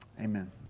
Amen